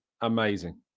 amazing